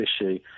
issue